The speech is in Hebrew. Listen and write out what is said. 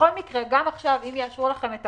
בכל מקרה גם עכשיו, אם יאשרו לכם את